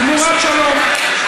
תמורת שלום.